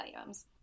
items